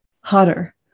hotter